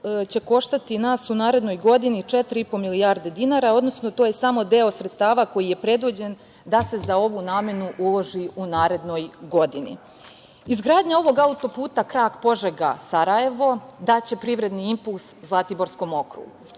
će koštati nas u narednoj godini 4,5 milijardi dinara, odnosno to je samo deo sredstava koji je predviđen da se za ovu namenu uloži u narednoj godini. Izgradnja ovog autoputa krak Požega – Sarajevo daće privredni impuls Zlatiborskom okrugu.